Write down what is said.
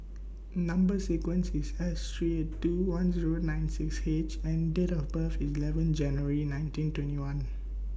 Number sequence IS S three eight two one Zero nine six H and Date of birth IS eleven January nineteen twenty one